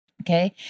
okay